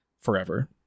forever